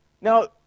Now